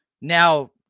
Now